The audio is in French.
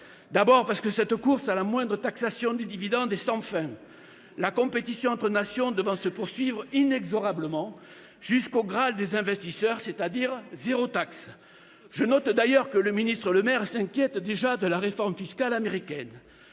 parce que cette course à la moindre taxation des dividendes est sans fin, la compétition entre nations devant se poursuivre inexorablement jusqu'au Graal des investisseurs, le « zéro taxe »! Je note d'ailleurs que le ministre Bruno Le Maire s'inquiète déjà de la réforme fiscale américaine